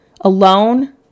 alone